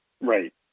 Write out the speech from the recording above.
right